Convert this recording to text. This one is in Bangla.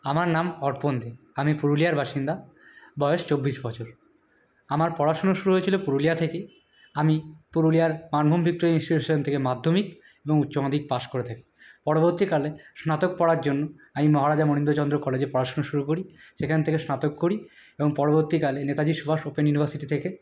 আমার নাম অর্পণ দে আমি পুরুলিয়ার বাসিন্দা বয়স চব্বিশ বছর আমার পড়াশোনা শুরু হয়েছিলো পুরুলিয়া থেকেই আমি পুরুলিয়ার মানভূম ভিক্টোরিয়া ইনস্টিটিউশন থেকে মাধ্যমিক এবং উচ্চমাধ্যমিক পাশ করে থাকি পরবর্তীকালে স্নাতক পড়ার জন্য আমি মহারাজা মণীন্দ্র চন্দ্র কলেজে পড়াশুনো শুরু করি সেখানে থেকে স্নাতক করি এবং পরবর্তীকালে নেতাজি সুভাষ ওপেন ইউনিভার্সিটি থেকে